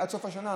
עד סוף השנה,